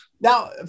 Now